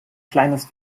kleines